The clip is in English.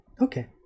okay